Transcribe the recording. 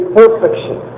perfection